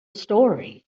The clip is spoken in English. story